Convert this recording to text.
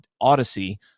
Odyssey